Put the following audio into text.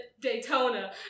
Daytona